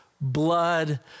blood